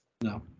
No